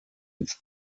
its